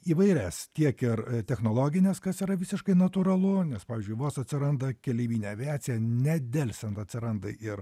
įvairias tiek ir technologines kas yra visiškai natūralu nes pavyzdžiui vos atsiranda keleivinė aviacija nedelsiant atsiranda ir